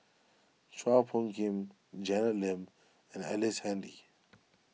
Chua Phung Kim Janet Lim and Ellice Handy